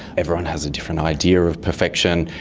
everyone has a different idea of perfection,